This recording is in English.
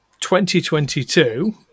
2022